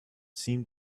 seemed